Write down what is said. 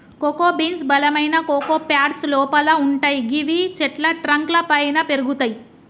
cocoa beans బలమైన cocoa pods లోపల వుంటయ్ గివి చెట్ల ట్రంక్ లపైన పెరుగుతయి